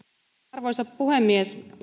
arvoisa puhemies